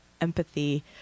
empathy